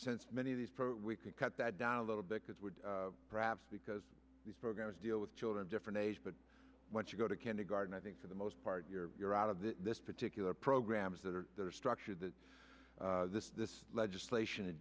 since many of these protests we can cut that down a little because we're perhaps because these programs deal with children different age but once you go to kindergarten i think for the most part you're you're out of this particular programs that are that are structured that this this legislation and